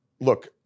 look